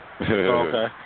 Okay